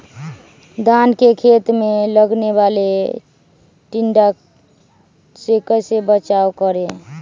धान के खेत मे लगने वाले टिड्डा से कैसे बचाओ करें?